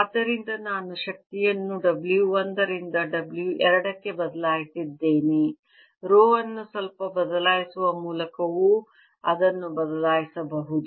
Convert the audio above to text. ಆದ್ದರಿಂದ ನಾನು ಶಕ್ತಿಯನ್ನು W 1 ರಿಂದ W 2 ಗೆ ಬದಲಾಯಿಸಿದ್ದೇನೆ ರೋ ಅನ್ನು ಸ್ವಲ್ಪ ಬದಲಿಸುವ ಮೂಲಕವೂ ಅದನ್ನು ಬದಲಾಯಿಸಬಹುದು